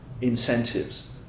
incentives